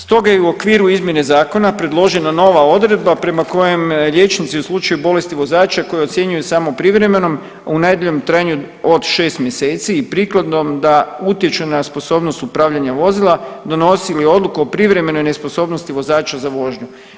Stoga je i u okviru izmjene zakona predložena nova odredba prema kojem liječnici u slučaju bolesti vozača koje ocjenjuju samo privremenom u najduljem trajanju od 6 mjeseci i prikladnom da utječe na sposobnost upravljanja vozila donosili odluku o privremenoj nesposobnosti vozača za vožnju.